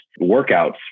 workouts